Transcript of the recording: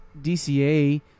dca